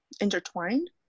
intertwined